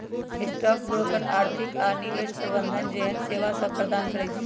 stock broker आर्थिक आऽ निवेश प्रबंधन जेहन सेवासभ प्रदान करई छै